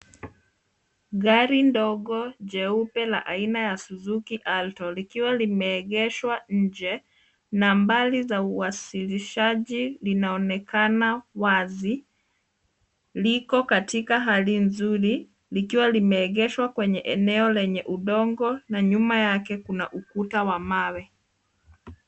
Gari ndogo jeupe la aina ya suzuki alto likiwa limeegeshwa nje. Nambari za uwasilishaji zinaonekana wazi. Liko katika hali nzuri likiwa limeegeshwa kwenye eneo lenye udongo na nyuma yake kuna ukuta wa mawe.